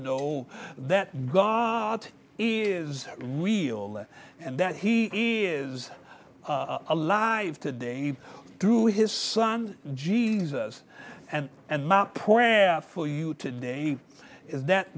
know that god is real and that he is alive today through his son jesus and and my prayer for you today is that